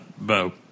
Bo